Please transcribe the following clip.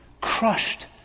crushed